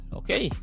okay